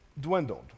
dwindled